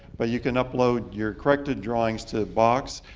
but you can upload your corrected drawings to box,